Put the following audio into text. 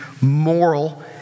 moral